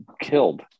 killed